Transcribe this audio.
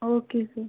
okay sir